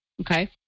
Okay